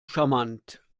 charmant